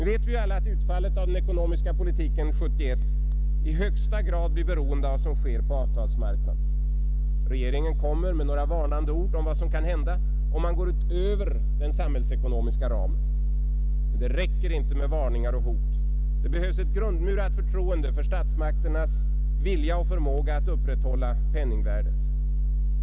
Nu vet vi alla att utfallet av den ekonomiska politiken 1971 i högsta grad blir beroende av vad som sker på avtalsmarknaden. Regeringen kommer med några varnande ord om vad som kan hända ifall man går utöver den samhällsekonomiska ramen. Men det räcker inte med varningar och hot. Det behövs ett grundmurat förtroende för statsmakternas vilja och förmåga att upprätthålla penningvärdet.